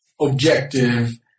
objective